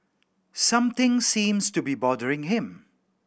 something seems to be bothering him